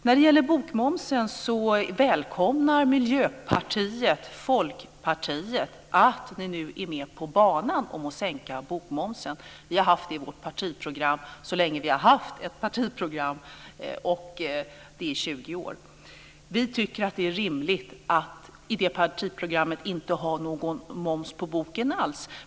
När det gäller bokmomsen välkomnar Miljöpartiet att Folkpartiet nu är med på banan när det gäller att sänka bokmomsen. Vi har haft det i vårt partiprogram så länge vi har haft ett partiprogram. Det är i 20 år. Vi tycker att det är rimligt att i det partiprogrammet inte ha någon moms på böcker alls.